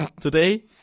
today